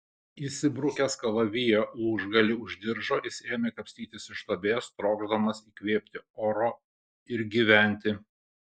įsibrukęs kalavijo lūžgalį už diržo jis ėmė kapstytis iš duobės trokšdamas įkvėpti oro ir gyventi